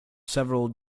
several